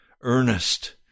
earnest